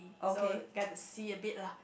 so get to see a bit lah